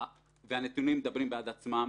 והנתונים מדברים בעד עצמם.